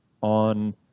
on